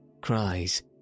cries